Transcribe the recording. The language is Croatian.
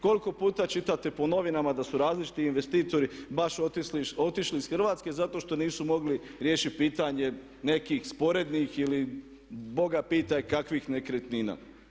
Koliko puta čitate po novinama da su različiti investitori baš otišli iz Hrvatske zato što nisu mogli riješiti pitanje nekih sporednih ili Boga pitaj kakvih nekretnina.